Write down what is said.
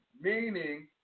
meaning